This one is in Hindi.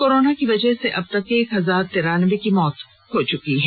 कोरोना की वजह से अबतक एक हजार तिरानबे की मौत हो चुकी है